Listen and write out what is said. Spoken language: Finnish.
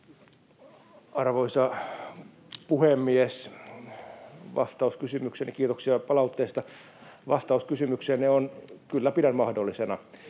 Arvoisa puhemies! Kiitoksia palautteesta. Vastaus kysymykseenne on: Kyllä pidän mahdollisena,